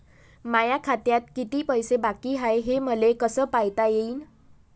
माया खात्यात किती पैसे बाकी हाय, हे मले कस पायता येईन?